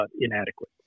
inadequate